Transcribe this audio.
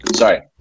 Sorry